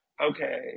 Okay